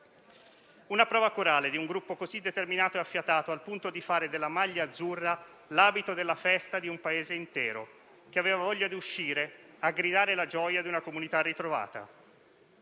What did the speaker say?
Una prova corale di un gruppo così determinato e affiatato al punto di fare della maglia azzurra l'abito della festa di un Paese intero, che aveva voglia di uscire a gridare la gioia di una comunità ritrovata.